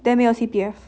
then 没有 C_P_F